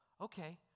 Okay